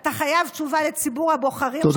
אתה חייב תשובה לציבור הבוחרים שלך.